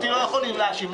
אותי לא יכולים להאשים.